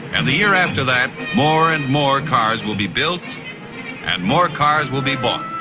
and the year after that more and more cars will be built and more cars will be bought,